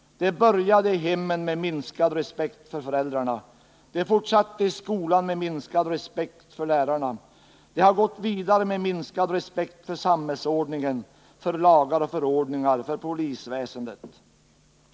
Det började i hemmen med minskad respekt för föräldrarna. Det fortsatte i skolan med minskad respekt för lärarna. Det har gått vidare med minskad respekt för samhällsordningen. för lagar och förordningar, för polisväsendet.